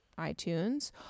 itunes